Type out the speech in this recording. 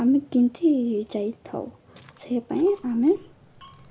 ଆମେ କେମିତି ଯାଇଥାଉ ସେ ପାଇଁ ଆମେ